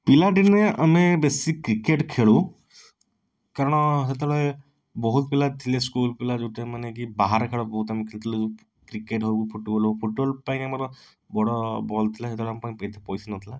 ପିଲାଦିନେ ଆମେ ବେଶୀ କ୍ରିକେଟ୍ ଖେଳୁ କାରଣ ସେତେବେଳେ ବହୁତ ପିଲା ଥିଲେ ସ୍କୁଲ ପିଲା ଯେଉଁଟା ମାନେ କି ବାହାରେ ଖେଳ ବହୁତ ଆମେ ଖେଳୁଥିଲୁ କ୍ରିକେଟ୍ ହଉ ଫୁଟବଲ୍ ହଉ ଫୁଟବଲ୍ ପାଇଁ ଆମର ବଡ଼ ବଲ୍ ଥିଲା ସେତେବେଳେ ଆମ ପାଖରେ ବି ଏତେ ପଇସା ନଥିଲା